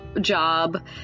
job